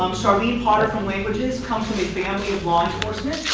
um charlene potter from languages comes from a family of law enforcement.